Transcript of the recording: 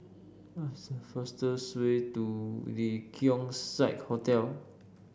fastest way to The Keong Saik Hotel